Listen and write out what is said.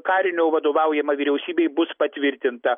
karinio vadovaujama vyriausybė bus patvirtinta